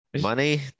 Money